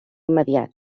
immediat